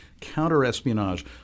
counter-espionage